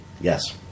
Yes